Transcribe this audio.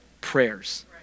prayers